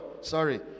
sorry